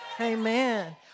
Amen